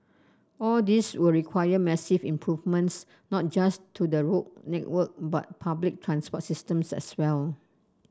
all this will require massive improvements not just to the road network but public transport systems as well